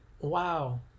wow